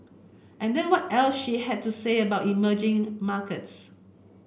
and there what else she had to say about emerging markets